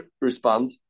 respond